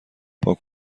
پاک